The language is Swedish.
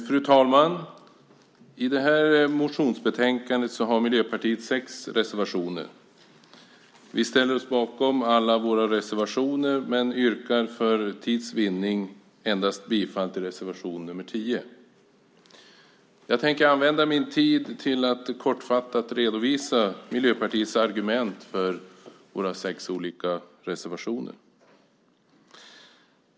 Fru talman! I det här motionsbetänkandet har Miljöpartiet sex reservationer. Vi ställer oss bakom alla våra reservationer men yrkar för tids vinning endast bifall till reservation nr 10. Jag tänker använda min tid till att kortfattat redovisa Miljöpartiets argument för våra sex olika reservationer.